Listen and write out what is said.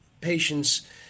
patients